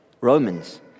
Romans